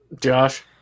Josh